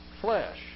flesh